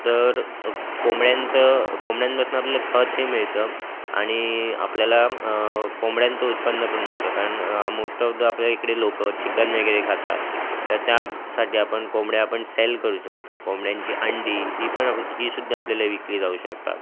तर कोंबड्यांचं कोंबड्यांपासनं आपल्याला खत हे मिळतं आणि आपल्याला कोंबड्यांचं उत्पन्न पण मिळतं कारण मोस्ट ऑफ द आपल्या इकडे लोकं चिकन वगैरे खातात तर त्यासाठी आपण कोंबड्या आपण सेल करू शकतो कोंबड्यांची अंडी ही पण आपली हीसुद्धा आपल्याला विकली जाऊ शकतात